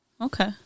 Okay